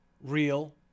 real